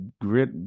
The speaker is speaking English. Grit